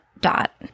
dot